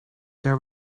there